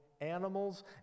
animals